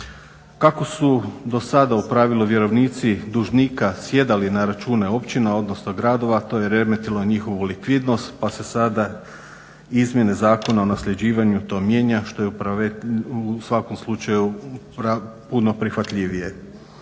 Kako su do sada u pravilu vjerovnici dužnika sjedali na račune općina odnosno gradova, to je remetilo njihovu likvidnost pa se sada Izmjene Zakona o nasljeđivanju to mijenja što je u svakom slučaju puno prihvatljivije.